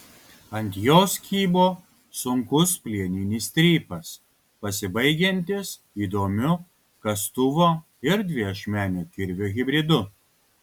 ant jos kybo sunkus plieninis strypas pasibaigiantis įdomiu kastuvo ir dviašmenio kirvio hibridu